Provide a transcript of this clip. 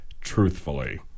truthfully